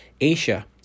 Asia